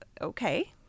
okay